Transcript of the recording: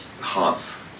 hearts